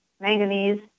manganese